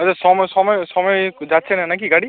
আচ্ছা সময় সময় সময়ে যাচ্ছে না নাকি গাড়ি